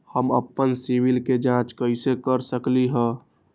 हम अपन सिबिल के जाँच कइसे कर सकली ह?